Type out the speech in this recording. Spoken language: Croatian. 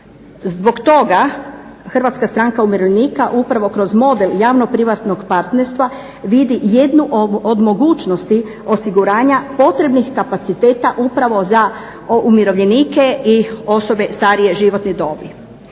Zbog toga HSU upravo kroz model javno-privatnog partnerstva vidi jedinu od mogućnosti osiguranja potrebnih kapaciteta upravo za umirovljenike i osobe starije životne dobi.